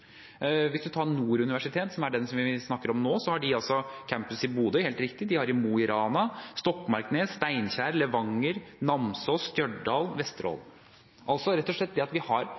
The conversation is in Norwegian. Hvis man tar Nord universitet, som er det vi snakker om nå, har de helt riktig campus i Bodø, de har campus i Mo i Rana, Stokmarknes, Steinkjer, Levanger, Namsos, Stjørdal og Vesterålen. Vi har rett og slett universiteter, med alle de miljøene som er, men så har